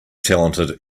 talented